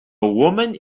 woman